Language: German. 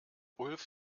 ulf